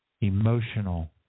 emotional